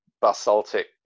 basaltic